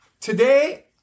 Today